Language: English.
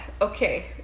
okay